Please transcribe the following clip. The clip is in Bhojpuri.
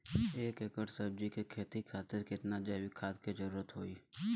एक एकड़ सब्जी के खेती खातिर कितना जैविक खाद के जरूरत होई?